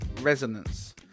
resonance